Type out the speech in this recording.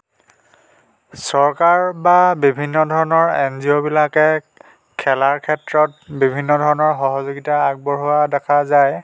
চৰকাৰ বা বিভিন্ন ধৰণৰ এন জি অ'বিলাকে খেলাৰ ক্ষেত্ৰত বিভিন্ন ধৰণৰ সহযোগিতা আগবঢ়োৱা দেখা যায়